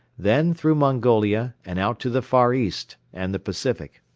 then through mongolia and out to the far east and the pacific.